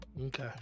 Okay